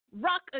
rock